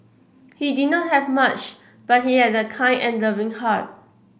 he did not have much but he had a kind and loving heart